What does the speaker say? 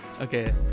Okay